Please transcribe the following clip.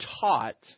taught